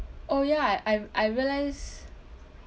oh ya I I I realised